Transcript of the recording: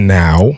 now